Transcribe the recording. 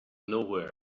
nowhere